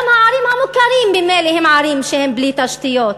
גם הערים המוכרות, ממילא, הן ערים בלי תשתיות,